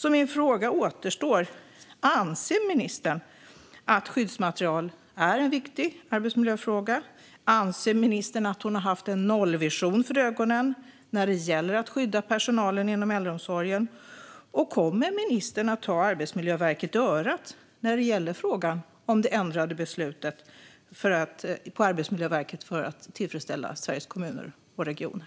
Mina frågor återstår därför: Anser ministern att skyddsmaterial är en viktig arbetsmiljöfråga? Anser ministern att hon har haft en nollvision för ögonen när det gäller att skydda personalen inom äldreomsorgen? Och kommer ministern att ta Arbetsmiljöverket i örat när det gäller frågan om det ändrade beslutet på Arbetsmiljöverket för att tillfredsställa Sveriges Kommuner och Regioner?